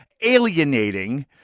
alienating